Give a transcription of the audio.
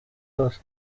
hose